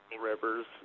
rivers